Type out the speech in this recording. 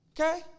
Okay